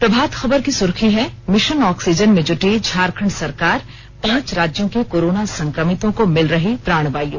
प्रभात खबर की सुर्खी है मिशन ऑक्सीजन में जूटी झारखंड सरकार पांच राज्यों के कोरोना संक्रमितों को मिल रही प्राण वायु